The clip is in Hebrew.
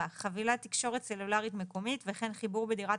חבילת תקשורת סלולרית מקומית וכן חיבור בדירת